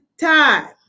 time